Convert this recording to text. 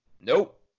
Nope